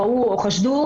ראו או חשדו,